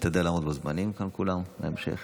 להשתדל לעמוד בזמנים כאן כולם בהמשך.